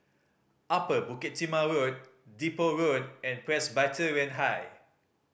Upper Bukit Timah Road Depot Road and Presbyterian High